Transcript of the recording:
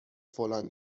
فلان